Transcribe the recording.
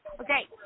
Okay